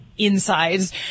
Insides